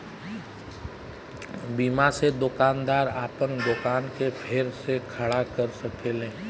बीमा से दोकानदार आपन दोकान के फेर से खड़ा कर सकेला